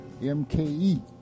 MKE